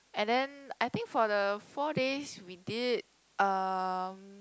and then I think for the four days we did um